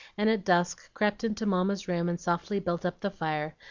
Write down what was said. and at dusk crept into mamma's room and softly built up the fire,